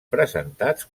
presentats